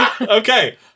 Okay